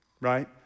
right